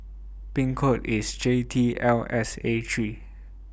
Pin code IS J T L S A three